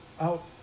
out